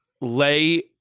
lay